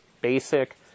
basic